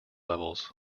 levels